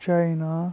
China